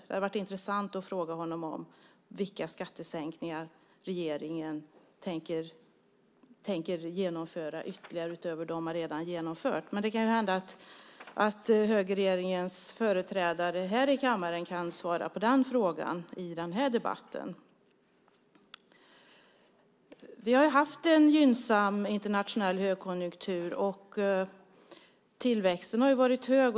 Det hade varit intressant att fråga honom om vilka skattesänkningar regeringen tänker genomföra ytterligare, utöver dem man redan genomfört. Det kan hända att högerregeringens företrädare här i kammaren kan svara på den frågan i denna debatt. Vi har haft en gynnsam internationell högkonjunktur, och tillväxten har varit hög.